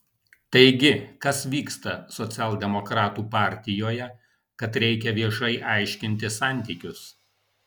taigi kas vyksta socialdemokratų partijoje kad reikia viešai aiškintis santykius